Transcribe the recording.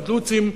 ודלו"צים,